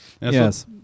Yes